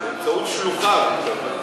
באמצעות שלוחיו.